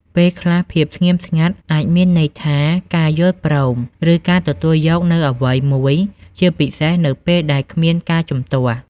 ពេលខ្លះ ភាពស្ងៀមស្ងាត់អាចមានន័យថាការយល់ព្រម ឬការទទួលយកនូវអ្វីមួយ ជាពិសេសនៅពេលដែលគ្មានការជំទាស់។